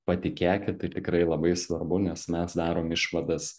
patikėkit tai tikrai labai svarbu nes mes darom išvadas